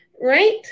Right